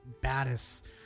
baddest